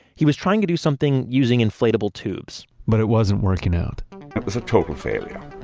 he was trying to do something using inflatable tubes but it wasn't working out it was a total failure